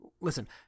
Listen